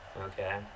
okay